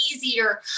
easier